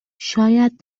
شاید